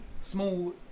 small